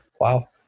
Wow